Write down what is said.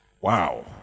wow